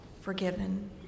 forgiven